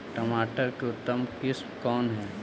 टमाटर के उतम किस्म कौन है?